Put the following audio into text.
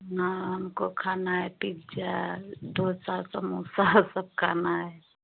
हाँ हमको खाना हे पिज्जा डोसा समोसा सब खाना है